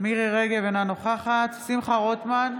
מירי מרים רגב, אינה נוכחת שמחה רוטמן,